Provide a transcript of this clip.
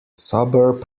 suburb